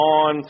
on